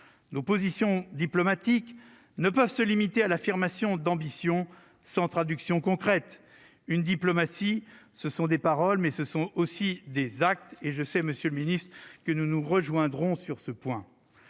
Nos positions diplomatiques ne peuvent se limiter à l'affirmation d'ambition sans traduction concrète. Une diplomatie, ce sont des paroles, mais ce sont aussi des actes. Monsieur le ministre, je sais que nous nous rejoindrons sur ce point.